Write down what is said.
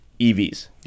EVs